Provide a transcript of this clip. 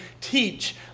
teach